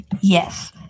Yes